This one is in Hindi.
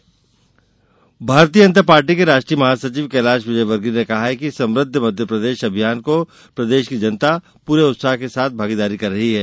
विजयवर्गीय भारतीय जनता पार्टी के राष्ट्रीय महासचिव कैलाश विजयर्गीय ने कहा है कि समृद्ध मध्यप्रदेश अभियान को प्रदेश की जनता पूरे उत्साह के साथ भागीदारी कर रही है